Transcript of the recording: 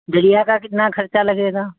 dahlia का कितना खर्चा लगेगा